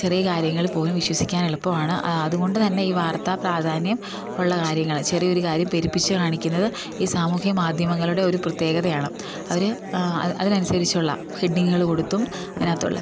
ചെറിയ കാര്യങ്ങൾ പോലും വിശ്വസിക്കാൻ എളുപ്പമാണ് അതുകൊണ്ട് തന്നെ ഈ വാർത്താ പ്രാധാന്യം ഉള്ള കാര്യങ്ങൾ ചെറിയ ഒരു കാര്യം പെരിപ്പിച്ചു കാണിക്കുന്നത് ഈ സാമൂഹ്യ മാധ്യമങ്ങളുടെ ഒരു പ്രത്യേകതയാണ് അവർ അതിന് അനുസരിച്ചുള്ള ഹെഡിങ്ങുകൾ കൊടുത്തും അതിന് അകത്തുള്ള